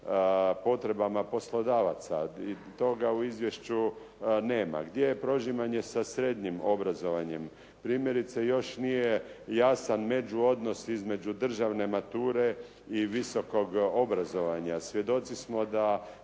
potrebama poslodavaca? Toga u izvješću nema. Gdje je prožimanje sa srednjim obrazovanjem? Primjerice još nije jasan međuodnos između državne mature i visokog obrazovanja. Svjedoci smo da